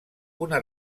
una